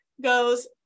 goes